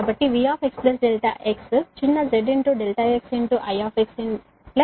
కాబట్టి V x ∆x చిన్న z ∆x I V కు సమానం